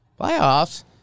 Playoffs